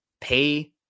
Pay